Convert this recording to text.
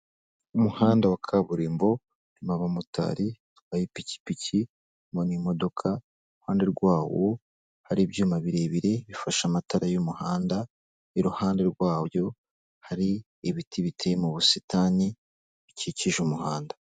Umuhanda wa kaburimbo, urimo abamotari, batwaye ipikipiki, urimo n'imodoka. Iruhande rwawo, hari ibyuma birebire bifashe amatara y'umuhanda. Iruhande rwayo hari ibiti biteye mu busitani, bikikije umuhanda.